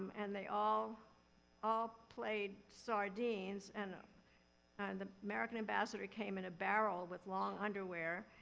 and they all all played sardines, and um and the american ambassador came in a barrel with long underwear.